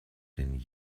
den